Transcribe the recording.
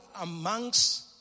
amongst